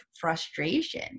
frustration